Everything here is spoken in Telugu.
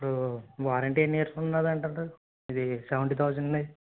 ఇప్పుడు వారంటీ ఎన్ని ఇయర్స్ ఉన్నది అంటారు ఇది సెవెంటీ థౌసండ్ ఇది